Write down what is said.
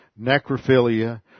necrophilia